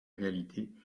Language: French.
réalité